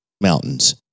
mountains